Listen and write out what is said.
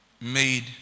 Made